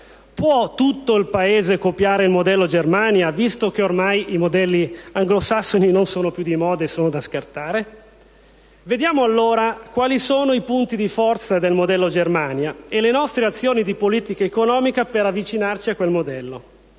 Può tutto il Paese copiare il modello Germania, visto che ormai i modelli anglosassoni non sono più di moda e sono da scartare? Vediamo allora quali sono i punti di forza del modello Germania e le nostre azioni di politica economica per avvicinarci a quel modello.